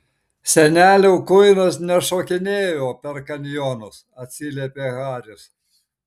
senelio kuinas nešokinėjo per kanjonus atsiliepė haris